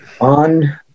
on